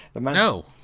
No